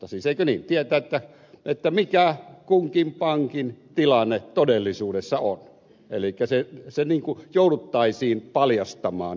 siis eikö niin tietää mikä kunkin pankin tilanne todellisuudessa on elikkä se jouduttaisiin paljastamaan auki